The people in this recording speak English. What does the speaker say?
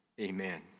Amen